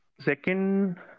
Second